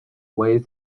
weighs